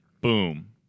boom